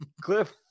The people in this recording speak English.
Cliff